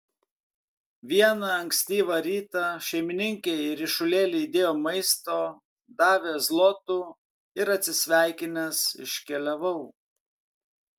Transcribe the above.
vieną ankstyvą rytą šeimininkė į ryšulėlį įdėjo maisto davė zlotų ir atsisveikinęs iškeliavau